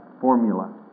formula